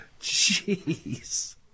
Jeez